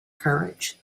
courage